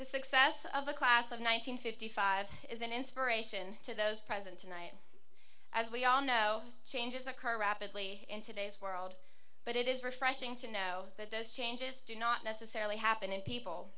the success of a class of nine hundred fifty five is an inspiration to those present tonight as we all know changes occur rapidly in today's world but it is refreshing to know that those changes do not necessarily happen in people